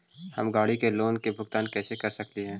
हम गाड़ी के लोन के भुगतान कैसे कर सकली हे?